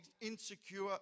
insecure